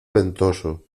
ventoso